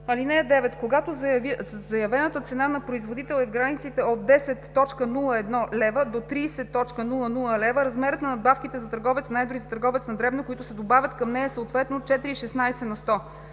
сто. (9) Когато заявената цена на производител е в границите от 10,01 лв. до 30,00 лв., размерът на надбавките за търговец на едро и за търговец на дребно, които се добавят към нея, е съответно 4 и 16 на сто.